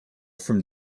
from